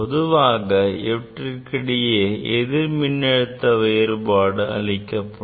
பொதுவாக இவற்றுக்கிடையே எதிர் மின்னழுத்த வேறுபாடு அளிக்கப்படும்